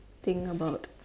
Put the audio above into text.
thing about